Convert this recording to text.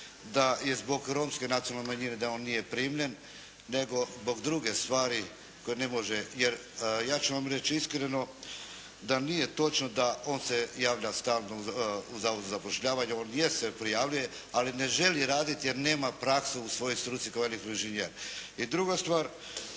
da je zbog romske nacionalne manjine nije primljen nego zbog druge stvari, koje ne može. Jer, ja ću vam reći iskreno, da nije točno da on se javlja stalno u Zavod za zapošljavanje, on je se prijavljuje, ali ne želi raditi jer nema praksu u svojoj struci kao elektroinžinjer. I druga stvar